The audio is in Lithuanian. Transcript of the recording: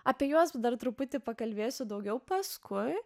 apie juos dar truputį pakalbėsiu daugiau paskui